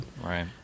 Right